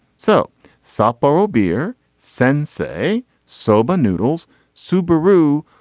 so sapporo beer sensei soba noodles subaru.